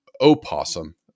opossum